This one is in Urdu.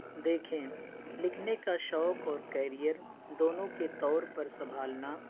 دیکھیں لکھنے کا شوق اور کیریئر دونوں کے طور پر سنبھالنا